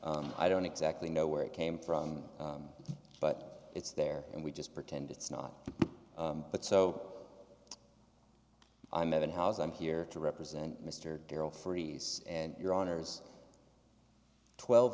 the i don't exactly know where it came from but it's there and we just pretend it's not but so i met in house i'm here to represent mr darrell freeze and your honour's twelve